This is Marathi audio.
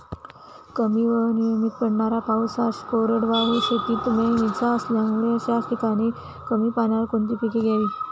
कमी व अनियमित पडणारा पाऊस हा कोरडवाहू शेतीत नेहमीचा असल्यामुळे अशा ठिकाणी कमी पाण्यावर कोणती पिके घ्यावी?